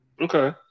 Okay